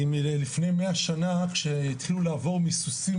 אם לפני 100 שנים כשהתחילו לעבור מסוסים